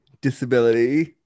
disability